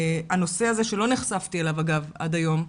הנושא הזה שלא נחשפתי אליו, אגב, עד היום,